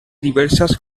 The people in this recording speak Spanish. diversas